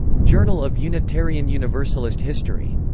journal of unitarian universalist history.